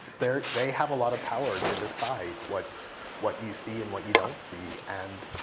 they they have a lot of power to decide what what you see, and what you don't see. and